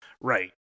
right